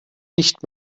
nicht